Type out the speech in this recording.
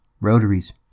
rotaries